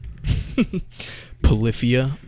Polyphia